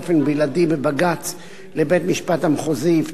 בלעדי בבג"ץ לבית-המשפט המחוזי היוותה,